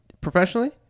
Professionally